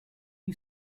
you